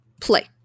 play